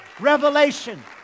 Revelation